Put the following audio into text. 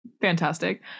Fantastic